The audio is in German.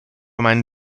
meinen